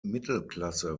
mittelklasse